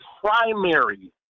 primary